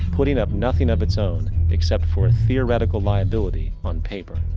putting up nothing of it's own, except for a theoratical liability on paper.